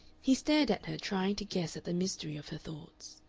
he stared at her, trying to guess at the mystery of her thoughts.